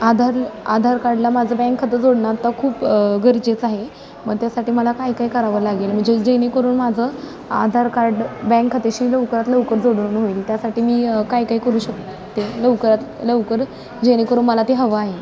आधार आधार कार्डला माझं बँक खातं जोडणं आत्ता खूप गरजेचं आहे मग त्यासाठी मला काय काय करावं लागेल म्हणजे जेणेकरून माझं आधार कार्ड बँक खात्याशी लवकरात लवकर जोडून होईल त्यासाठी मी काय काय करू शकते लवकरात लवकर जेणेकरून मला ते हवं आहे